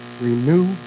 Renew